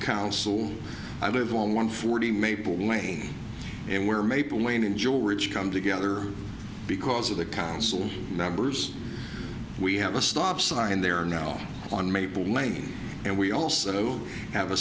council i live on one forty maple lane and we're maple lane enjoy ridge come together because of the council members we have a stop sign and they are now on maple lane and we also have a